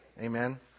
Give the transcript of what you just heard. Amen